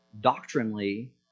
doctrinally